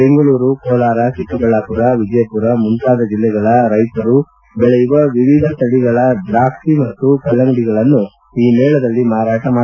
ಬೆಂಗಳೂರು ಕೋಲಾರ ಚಿಕ್ಕಬಳ್ಳಾಪುರ ವಿಜಯಪುರ ಮುಂತಾದ ಜಿಲ್ಲೆಗಳ ರೈತರು ಬೆಳೆಯುವ ವಿವಿಧ ತಳಿಗಳ ದ್ರಾಕ್ಷಿ ಮತ್ತು ಕಲ್ಲಂಗಡಿಗಳನ್ನು ಈ ಮೇಳದಲ್ಲಿ ಮಾರಾಟ ಮಾಡಲಾಗುವುದು